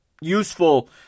useful